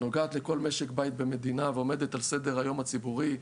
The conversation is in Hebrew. נוגעת לכל משק בית במדינה ועומדת על סדר-היום הציבורי.